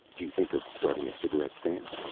do you think of starting a cigarette stand?